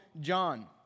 John